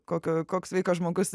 kokio koks sveikas žmogus